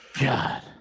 God